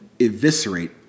eviscerate